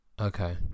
Okay